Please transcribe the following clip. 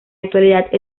actualidad